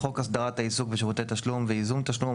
חוק הסדרת העיסוק בשירותי תשלום וייזום תשלום,